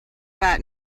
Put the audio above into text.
bat